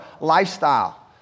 lifestyle